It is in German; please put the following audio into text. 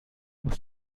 muss